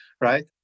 right